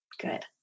good